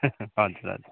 हजुर हजुर